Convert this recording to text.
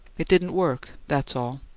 it didn't work that's all.